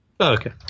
okay